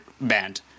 banned